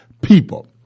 people